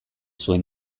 zuen